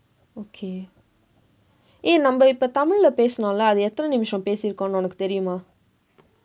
okay eh நம்ம இப்ப தமிழுல பேசினோம் இல்ல அது எத்தனை நிமிஷம் பேசியிருக்கோம் என்று உனக்கு தெரியுமா:namma ippa thamizhula peesinoom illa athu eththanai nimisham peesiyirukkoom enru unakku theriyumaa